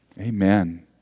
Amen